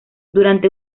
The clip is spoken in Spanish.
durante